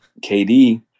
KD